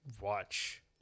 watch